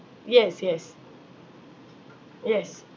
yes yes yes